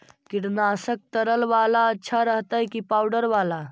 कीटनाशक तरल बाला अच्छा रहतै कि पाउडर बाला?